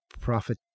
profit